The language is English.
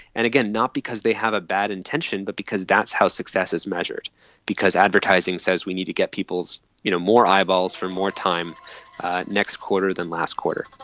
and again, not because they have a bad intention but because that's how success is measured because advertising says we need to get you know more eyeballs for more time next quarter than last quarter.